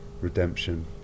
redemption